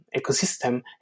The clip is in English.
ecosystem